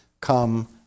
come